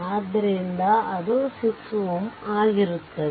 ಆದ್ದರಿಂದ ಅದು 6 Ω ಇರುತ್ತದೆ